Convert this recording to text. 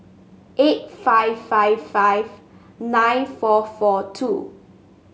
eight five five five nine four four two